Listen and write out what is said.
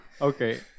Okay